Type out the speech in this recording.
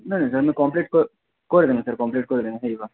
ନାଇଁ ନାଇଁ ସାର୍ ମୁଇଁ କମ୍ପ୍ଲିଟ୍ କରିଦେମି ସାର୍ କମ୍ପ୍ଲିଟ୍ କରିଦେମି ହେଇଯିବା